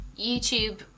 YouTube